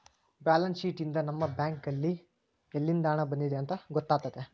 balance sheet ಯಿಂದ ನಮ್ಮ bank ನಲ್ಲಿ ಯಲ್ಲಿಂದ ಹಣ ಬಂದಿದೆ ಅಂತ ಗೊತ್ತಾತತೆ